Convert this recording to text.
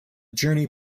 journey